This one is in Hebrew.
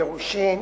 גירושים,